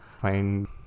find